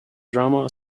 drama